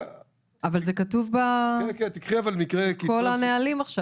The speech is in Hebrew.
זה כתוב בכל הנהלים.